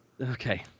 Okay